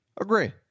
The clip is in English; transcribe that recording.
Agree